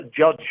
judge